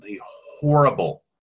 horrible